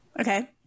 Okay